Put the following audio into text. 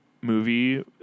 movie